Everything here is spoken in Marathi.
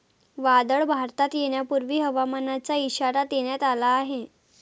वादळ भारतात येण्यापूर्वी हवामानाचा इशारा देण्यात आला आहे